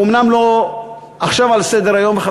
ואומנם הוא לא על סדר-היום עכשיו,